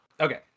Okay